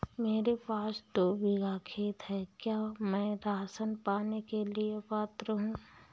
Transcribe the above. मेरे पास दो बीघा खेत है क्या मैं राशन पाने के लिए पात्र हूँ?